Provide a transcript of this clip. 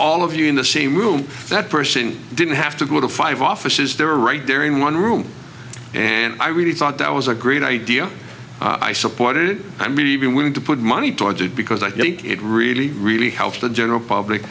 all of you in the same room that person didn't have to go to five offices they were right there in one room and i really thought that was a great idea i supported i mean even willing to put money towards it because i think it really really helps the general public